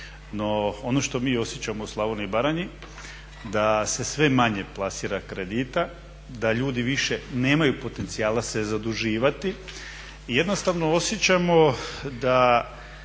ono što mi osjećamo u Slavoniji i Baranji da se sve manje plasira kredita, da ljudi više nemaju potencijala se zaduživati i jednostavno osjećamo da